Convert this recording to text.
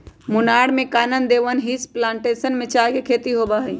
मुन्नार में Kanan Devan hills plantation में चाय के खेती होबा हई